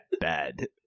bad